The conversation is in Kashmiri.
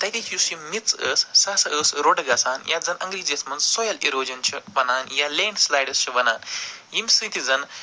تَتِچ یُس یہِ میٚژ ٲس سَہ سا ٲس رُڈٕ گَژھان یتھ زن انٛگریٖزٮ۪س منٛز سۄیل اِروجن چھِ وَنان یا لیڈسِلیڈٕس چھِ وَنان ییٚمہِ سۭتۍ زن